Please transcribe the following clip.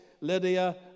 Lydia